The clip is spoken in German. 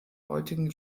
heutigen